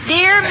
Dear